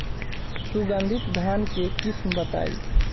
सुगंधित धान के किस्म बताई?